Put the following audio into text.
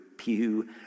Pew